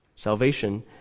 Salvation